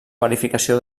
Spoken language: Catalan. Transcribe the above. verificació